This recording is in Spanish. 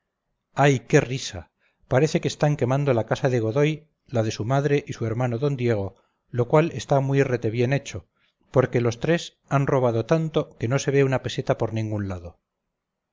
ay qué risa parece que están quemando la casa de godoy la de su madre y su hermano d diego lo cual está muy retebién hecho porque entre los tres han robado tanto que no se ve una peseta por ningún lado